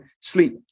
sleep